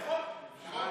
נכון.